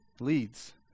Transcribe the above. Leads